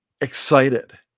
excited